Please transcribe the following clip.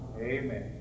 Amen